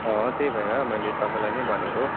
अँ त्यही भएर मैले तपाईँलाई नै भनेको